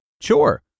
sure